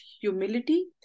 humility